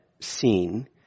seen